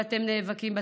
ואתם נאבקים,